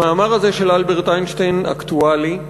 המאמר הזה של אלברט איינשטיין אקטואלי,